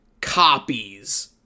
copies